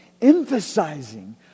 emphasizing